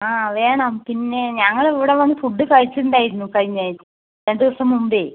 ആ വേണം പിന്നെ ഞങ്ങൾ ഇവിടെ വന്ന് ഫുഡ്ഡ് കഴിച്ചിട്ടുണ്ടായിരുന്നു കഴിഞ്ഞ രണ്ട് ദിവസം മുമ്പെ